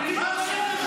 -- אתה בקריאה